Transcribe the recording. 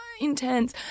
intense